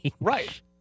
Right